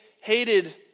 hated